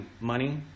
money